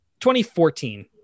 2014